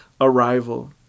arrival